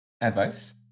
Advice